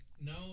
no